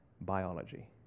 biology